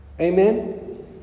amen